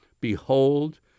Behold